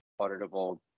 auditable